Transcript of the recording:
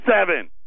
seven